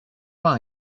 pas